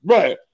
Right